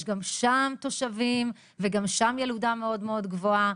יש גם שם תושבים וגם ם ילודה מאוד מאוד גבוהה.